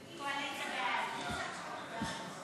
סעיפים 7 16 נתקבלו.